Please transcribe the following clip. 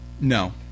No